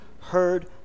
heard